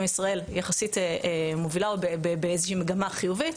ישראל יחסית מובילה או במגמה חיובית,